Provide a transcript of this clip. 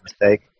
mistake